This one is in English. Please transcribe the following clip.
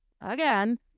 again